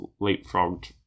leapfrogged